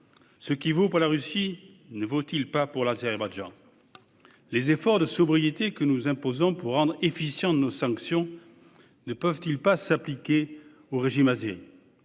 Ce qui vaut pour la Russie ne vaut-il pas également pour l'Azerbaïdjan ? Les efforts de sobriété que nous nous imposons pour rendre efficientes nos sanctions ne peuvent-ils pas s'appliquer aussi au régime azéri ?